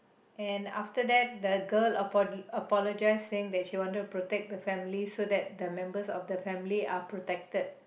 and after that the girl apol~ apologized saying that she wanted to protect the family so that the members of the family are protected